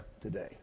today